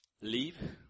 Leave